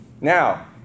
Now